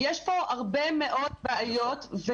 יש פה הרבה מאוד בעיות,